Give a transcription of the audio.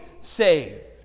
saved